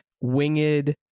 winged